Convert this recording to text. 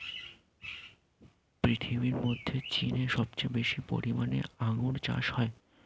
পৃথিবীর মধ্যে চীনে সবচেয়ে বেশি পরিমাণে আঙ্গুর চাষ হয়